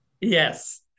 Yes